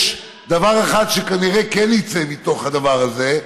יש דבר אחד שכנראה כן יצא מתוך הדבר הזה,